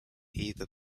either